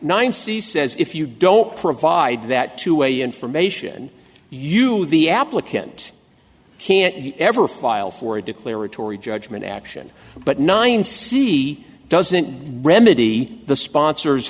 nine c says if you don't provide that to a information you the applicant can't ever file for a declaratory judgment action but nine c doesn't remedy the sponsors